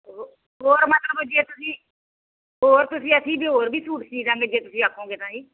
ਹੋਰ ਮਤਲਬ ਜੇ ਤੁਸੀਂ ਹੋਰ ਤੁਸੀਂ ਅਸੀਂ ਵੀ ਹੋਰ ਵੀ ਸੂਟ ਸੀਊਂ ਦੇਵਾਂਗੇ ਜੇ ਤੁਸੀਂ ਆਖੋਗੇ ਤਾਂ ਜੀ